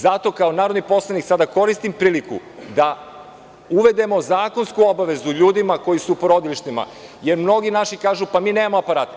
Zato sada kao narodni poslanik koristim priliku da uvedemo zakonsku obavezu ljudima koji su u porodilištima, jer mnogi naši kažu, mi nemamo aparate.